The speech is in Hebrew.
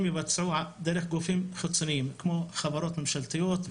יבוצעו דרך גופים חיצוניים כמו חברות ממשלתיות.